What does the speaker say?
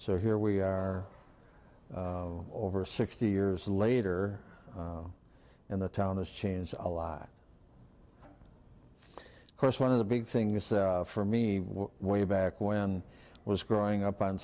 so here we are over sixty years later and the town has changed a lot of course one of the big thing is for me when back when i was growing up on